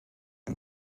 and